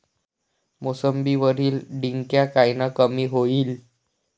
मोसंबीवरील डिक्या कायनं कमी होईल?